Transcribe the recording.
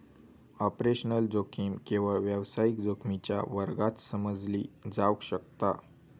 operational जोखीम केवळ व्यावसायिक जोखमीच्या वर्गात समजली जावक शकता